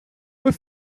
were